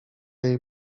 jej